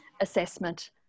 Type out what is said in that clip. Assessment